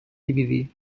dividir